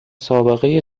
سابقه